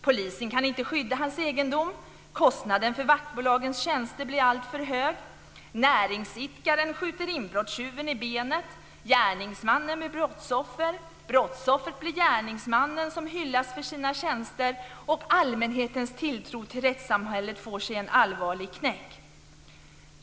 Polisen kan inte skydda hans egendom. Kostnaden för vaktbolagets tjänster blir alltför hög. Näringsidkaren skjuter inbrottstjuven i benet. Gärningsmannen blir brottsoffer. Brottsoffret blir gärningsmannen som hyllas för sina tjänster. Allmänhetens tilltro till rättssamhället får sig en allvarlig knäck.